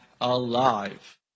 alive